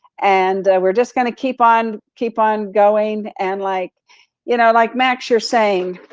and we're just gonna keep on keep on going and like you know like max, you're saying,